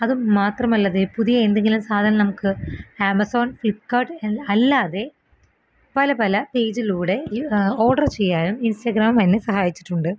അതും മാത്രമല്ല ദേ പുതിയ എന്തെങ്കിലും സാധനം നമുക്ക് ആമസോൺ ഫ്ളിപ്കാർട്ട് അല്ലാതെ പല പല പേജിലൂടെ ഓഡർ ചെയ്യാനും ഇൻസ്റ്റഗ്രാം എന്നെ സഹായിച്ചിട്ടുണ്ട്